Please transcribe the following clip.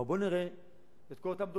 אבל בואו נראה את כל אותם דוברים,